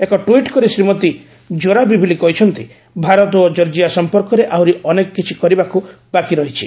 ଏକ ଟ୍ସିଟ୍ କରି ଶ୍ରୀମତି ଜୋରାବିବିଲି କହିଛନ୍ତି ଭାରତ ଓ ଜର୍ଜିଆ ସମ୍ପର୍କରେ ଆହୁରି ଅନେକ କିଛି କରିବାକୁ ବାକି ରହିଛି